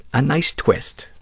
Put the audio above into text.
a nice twist,